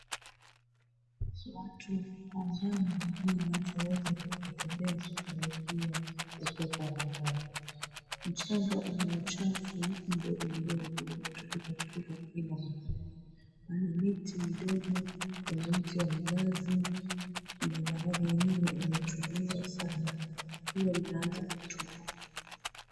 Watu kwa umbali wanafanya mazoezi huku wakitembea kufurahia upepo wa bahari. Mchanga una uchafu mdogomdogo uliotupikatupika kila mahali. Pana miti midogo. Pana mti wa mnazi na bahari yenyewe imetulia sana. Jua linaanza kutua.